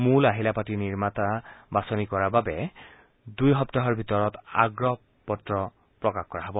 মূল আহিলা পাতি নিৰ্মাতা বাছনি কৰাৰ বাবে দুই সপ্তাহৰ ভিতৰত আগ্ৰহ পত্ৰ প্ৰকাশ কৰা হ'ব